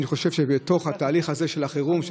אני חושב שבתוך תהליך החירום הזה,